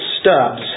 stubs